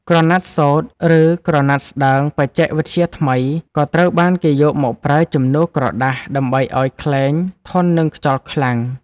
ក្រណាត់សូត្រ ឬក្រណាត់ស្ដើងបច្ចេកវិទ្យាថ្មី ក៏ត្រូវបានគេយកមកប្រើជំនួសក្រដាសដើម្បីឱ្យខ្លែងធន់នឹងខ្យល់ខ្លាំង។